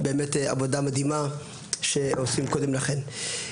באמת עבודה מדהימה שעושים קודם לכן.